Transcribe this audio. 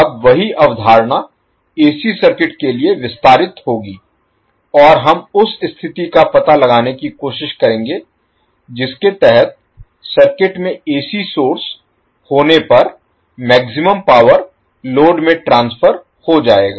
अब वही अवधारणा एसी सर्किट के लिए विस्तारित होगी और हम उस स्थिति का पता लगाने की कोशिश करेंगे जिसके तहत सर्किट में एसी सोर्स होने पर मैक्सिमम पावर लोड में ट्रांसफर Transfer स्थानांतरित हो जाएगा